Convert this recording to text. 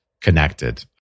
connected